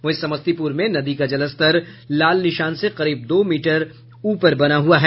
वहीं समस्तीपुर में नदी का जलस्तर लाल निशान से करीब दो मीटर ऊपर बना हुआ है